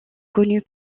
connue